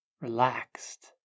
relaxed